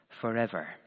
forever